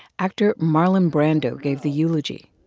actor marlon brando gave the eulogy.